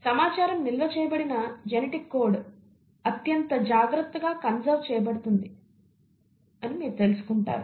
సమాచారం నిల్వ చేయబడిన జెనెటిక్ కోడ్ అత్యంత జాగ్రత్తగా కన్సెర్వ్ చేయబడుతుంది మీరు తెలుసుకుంటారు